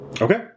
Okay